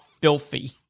filthy